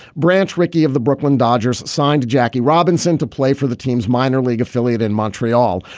branch rickey of the brooklyn dodgers signed jackie robinson to play for the team's minor league affiliate in montreal.